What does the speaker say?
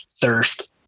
thirst